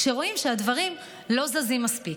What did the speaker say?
כשרואים שהדברים לא זזים מספיק.